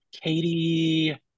katie